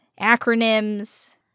acronyms